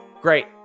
Great